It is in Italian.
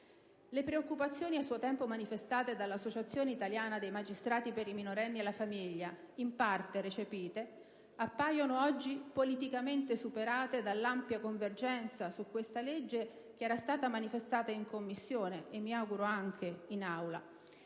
Le preoccupazioni a suo tempo manifestate dall'Associazione italiana dei magistrati per i minorenni e la famiglia, in parte recepite, appaiono oggi politicamente superate dall'ampia convergenza su questa legge, che era stata manifestata da tutti i membri della